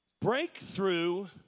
Breakthrough